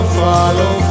follow